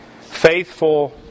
faithful